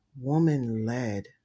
woman-led